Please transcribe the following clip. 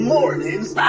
Mornings